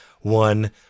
one